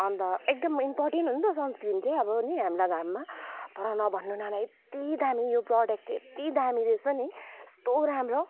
अन्त एकदम इम्पोर्टेन्ट हो नि त सनस्क्रिन चाहिँ अब नि हामीलाई घाममा तर नभन्नू नाना यत्ति दामी यो प्रडक्ट चाहिँ यत्ति दामी रहेछ नि यस्तो राम्रो